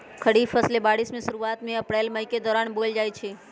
खरीफ फसलें बारिश के शुरूवात में अप्रैल मई के दौरान बोयल जाई छई